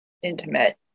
Intimate